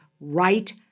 right